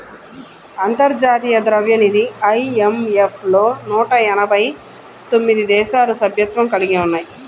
అంతర్జాతీయ ద్రవ్యనిధి ఐ.ఎం.ఎఫ్ లో నూట ఎనభై తొమ్మిది దేశాలు సభ్యత్వం కలిగి ఉన్నాయి